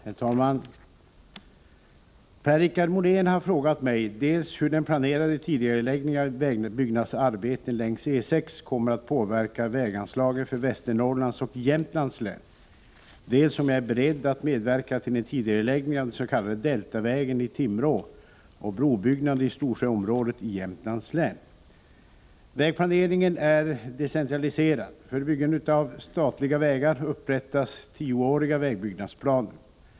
Herr talman! Per-Richard Molén har frågat mig dels hur den planerade tidigareläggningen av vägbyggnadsarbeten längs E 6 kommer att påverka väganslagen för Västernorrlands och Jämtlands län, dels om jag är beredd att medverka till en tidigareläggning av den s.k. Deltavägen i Timrå och brobyggnad i Storsjöområdet i Jämtlands län. Vägplaneringen är decentraliserad. För byggande av statliga vägar upprättas tioåriga vägbyggnadsplaner.